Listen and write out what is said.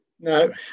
No